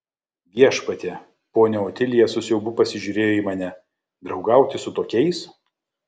viešpatie ponia otilija su siaubu pasižiūrėjo į mane draugauti su tokiais